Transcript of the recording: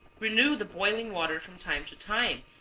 renew the boiling water from time to time,